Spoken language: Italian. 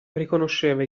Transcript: riconosceva